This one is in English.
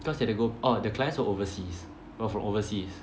because they have to go orh the clients were overseas were from overseas